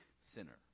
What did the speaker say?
sinner